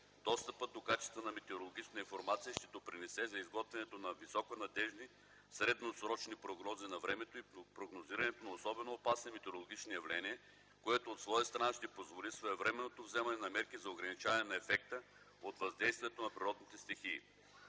Достъпът до качествена метеорологична информация ще допринесе за изготвянето на високонадеждни средносрочни прогнози на времето и прогнозирането на особено опасни метеорологични явления, което от своя страна ще позволи своевременното вземане на мерки за ограничаване на ефекта от въздействието на природните стихии.